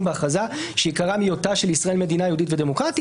בהכרזה שעיקרם היותה של מדינת ישראל מדינה יהודית ודמוקרטית.